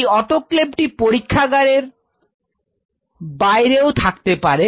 এই অটোক্লেভ টি পরীক্ষাগারের বাইরে ও থাকতে পারে